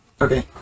okay